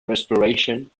respiration